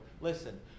Listen